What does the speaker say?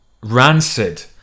Rancid